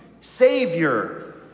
Savior